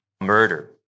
murder